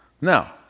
Now